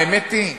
האמת היא,